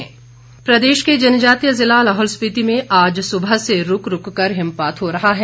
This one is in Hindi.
मौसम प्रदेश के जनजातीय जिला लाहौल स्पिति में आज सुबह से रूक रूक कर हिमपात हो रहा है